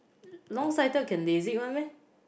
longsighted can lasik one meh